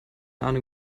ahnung